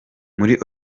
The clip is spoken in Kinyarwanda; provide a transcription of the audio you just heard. muri